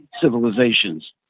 civilizations